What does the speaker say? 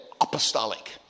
apostolic